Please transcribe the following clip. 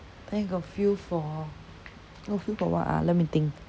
then I got feel for I got feel for what ah let me think